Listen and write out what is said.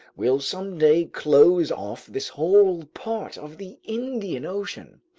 will someday close off this whole part of the indian ocean.